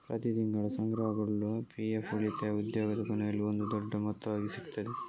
ಪ್ರತಿ ತಿಂಗಳು ಸಂಗ್ರಹಗೊಳ್ಳುವ ಪಿ.ಎಫ್ ಉಳಿತಾಯ ಉದ್ಯೋಗದ ಕೊನೆಯಲ್ಲಿ ಒಂದು ದೊಡ್ಡ ಮೊತ್ತವಾಗಿ ಸಿಗ್ತದೆ